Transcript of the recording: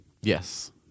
Yes